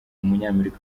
umunyamerika